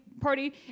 party